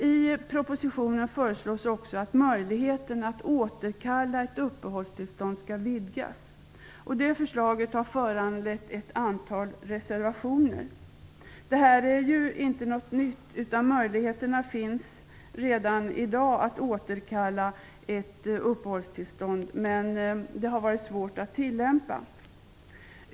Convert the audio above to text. I propositionen föreslås också att möjligheten att återkalla ett uppehållstillstånd skall vidgas. Det förslaget har föranlett ett antal reservationer. Detta är ju inte något nytt, möjligheterna att återkalla ett uppehållstillstånd finns redan i dag, men det har varit svårt att tillämpa reglerna.